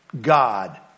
God